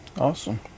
Awesome